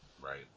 Right